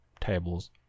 tables